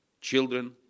children